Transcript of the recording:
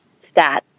stats